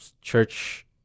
church